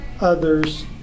others